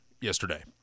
yesterday